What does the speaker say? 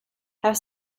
have